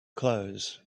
clothes